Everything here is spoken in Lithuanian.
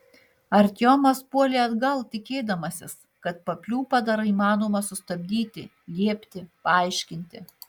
artiomas puolė atgal tikėdamasis kad papliūpą dar įmanoma sustabdyti liepti paaiškinti